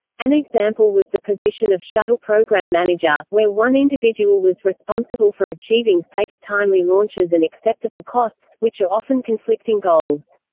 an example was the position of shuttle program manager, where one individual was responsible for achieving safe, timely launches and acceptable costs, which are often conflicting goals.